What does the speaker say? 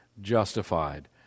justified